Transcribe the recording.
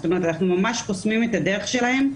זאת אומרת, אנחנו ממש חוסמים את הדרך שלהם.